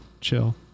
chill